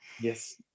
Yes